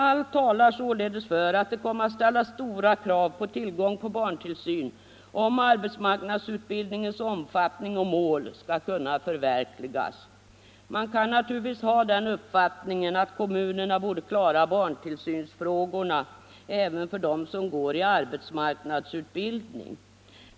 Allt talar således för att det kommer att ställas stora krav på tillgång till barntillsyn om arbetsmarknadsutbildningens omfattning och mål skall kunna förverkligas. Man kan naturligtvis ha den uppfattningen att kommunerna borde klara barntillsynsfrågorna även för dem som går i arbetsmarknadsutbildning.